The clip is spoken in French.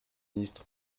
ministre